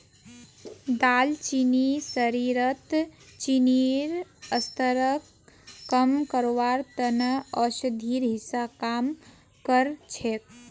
दालचीनी शरीरत चीनीर स्तरक कम करवार त न औषधिर हिस्सा काम कर छेक